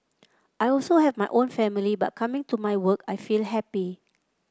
I also have my own family but coming to my work I feel happy